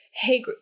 hey